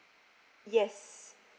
yes